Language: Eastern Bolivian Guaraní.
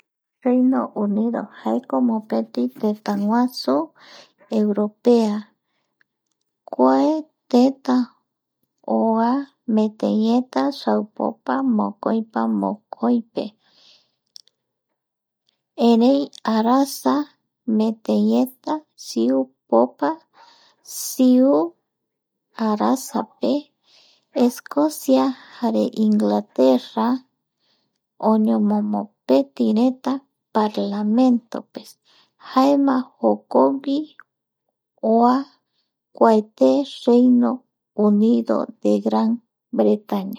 Reinos unidos jaeko mopeti tetaguasu Europea, kuae teta oa metei eta saupopa mokoipa mokoipe erei arasa meteieta siupopa siu arasape, Escosia jare Inglaterra oñomomopeti reta Parlamentope jaema jokogui oa kua te Reino Unido de Gran Bretaña